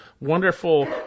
wonderful